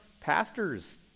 pastors